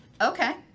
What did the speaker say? okay